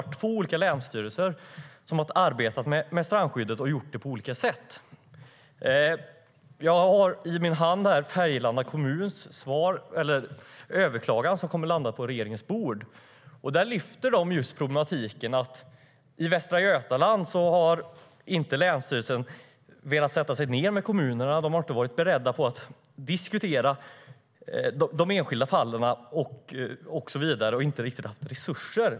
Det har varit två länsstyrelser som har arbetat med strandskyddet på olika sätt. Jag har i min hand Färgelanda kommuns överklagan, som kommer att landa på regeringens bord. Där lyfter de just den här problematiken. I Västra Götaland har inte länsstyrelsen velat sätta sig ned med kommunerna. De har inte varit beredda att diskutera de enskilda fallen och så vidare, och de har inte riktigt haft resurser.